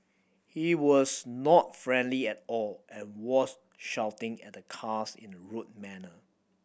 he was not friendly at all and was shouting at the cars in a rude manner